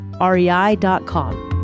REI.com